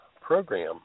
program